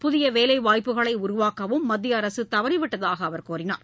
புதிய வேலைவாய்ப்புகளை உருவாக்கவும் மத்திய அரசு தவறிவிட்டதாக அவர் கூறினார்